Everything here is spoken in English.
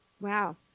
Wow